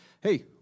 hey